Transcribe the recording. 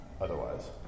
otherwise